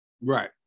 Right